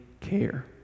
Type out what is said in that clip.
care